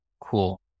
cool